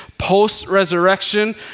post-resurrection